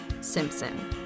Simpson